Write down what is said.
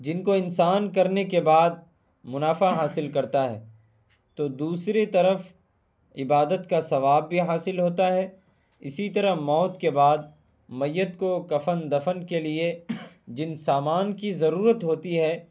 جن کو انسان کرنے کے بعد منافع حاصل کرتا ہے تو دوسری طرف عبادت کا ثواب بھی حاصل ہوتا ہے اسی طرح موت کے بعد میت کو کفن دفن کے لیے جن سامان کی ضرورت ہوتی ہے